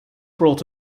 brought